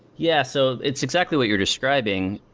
yeah, so it's exactly what you're describing.